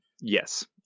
yes